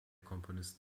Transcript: komponist